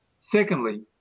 Secondly